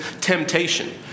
temptation